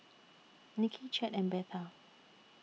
Nicki Chet and Betha